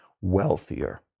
wealthier